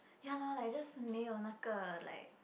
ya loh like just 没有那个 like